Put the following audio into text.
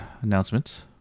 announcements